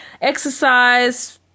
exercise –